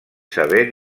sever